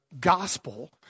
gospel